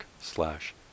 slash